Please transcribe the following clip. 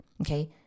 Okay